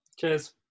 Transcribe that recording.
Cheers